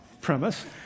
premise